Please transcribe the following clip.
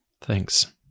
Thanks